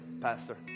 Pastor